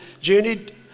journeyed